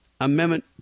amendment